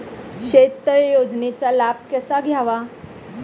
शेततळे योजनेचा लाभ कसा घ्यावा?